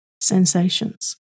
sensations